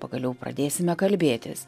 pagaliau pradėsime kalbėtis